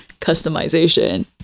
customization